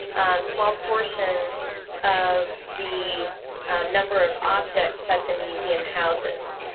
small portion of the number of objects that the museum houses.